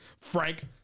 Frank